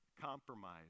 compromise